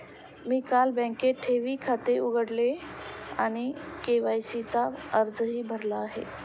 मी काल बँकेत ठेवी खाते उघडले आणि के.वाय.सी चा अर्जही भरला आहे